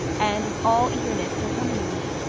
and is all eagerness to accompany me.